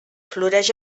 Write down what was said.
floreix